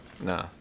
Nah